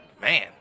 Man